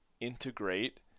integrate